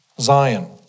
Zion